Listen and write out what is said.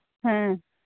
हाँ